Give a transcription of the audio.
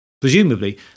Presumably